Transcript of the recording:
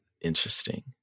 Interesting